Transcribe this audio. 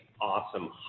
awesome